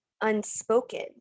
unspoken